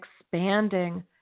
expanding